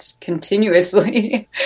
continuously